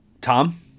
Tom